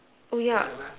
oh yeah